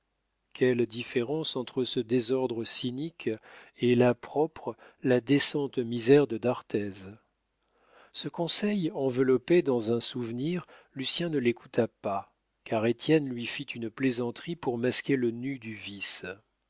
quelle différence entre ce désordre cynique et la propre la décente misère de d'arthez ce conseil enveloppé dans un souvenir lucien ne l'écouta pas car étienne lui fit une plaisanterie pour masquer le nu du vice